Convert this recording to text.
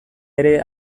ere